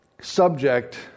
subject